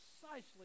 precisely